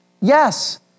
yes